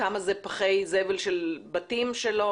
כמה זה פחי זבל של בתים שלא